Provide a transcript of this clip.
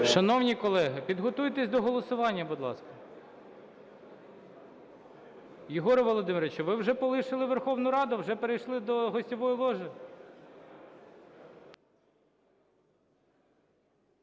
Шановні колеги, підготуйтесь до голосування, будь ласка. Єгоре Володимирович, ви вже полишили Верховну Раду, вже перейшли до гостьової ложі?